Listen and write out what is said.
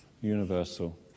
universal